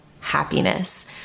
happiness